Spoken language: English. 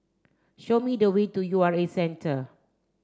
show me the way to U R A Centre